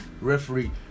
referee